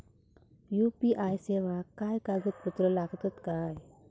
UPI सेवाक काय कागदपत्र लागतत काय?